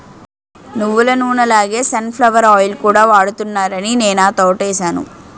నువ్వులనూనె లాగే sunflower oil కూడా వాడుతున్నారాని నేనా తోటేసాను